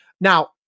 Now